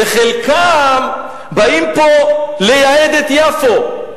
וחלקם באים פה לייהד את יפו.